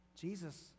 Jesus